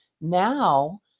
now